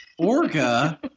Orga